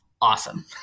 awesome